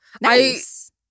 Nice